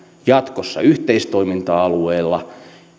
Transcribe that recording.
jatkossa yhteistoiminta alueilla